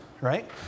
right